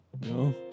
No